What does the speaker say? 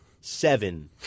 Seven